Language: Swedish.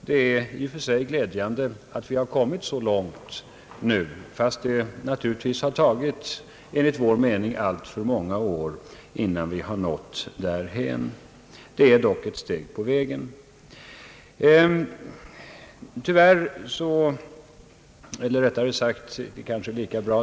Det är i och för sig glädjande att vi har kommit så långt, fastän det naturligtvis har tagit enligt vår mening — alltför många år innan vi har nått därhän. Det är dock ett steg på vägen till en genomgripande skattereform.